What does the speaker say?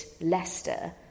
Leicester